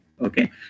okay